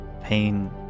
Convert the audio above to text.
pain